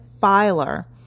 filer